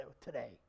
today